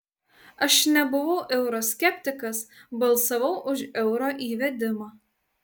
aš nebuvau euro skeptikas balsavau už euro įvedimą